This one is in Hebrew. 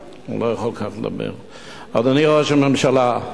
אדוני ראש הממשלה,